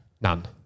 None